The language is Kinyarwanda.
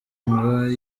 ngo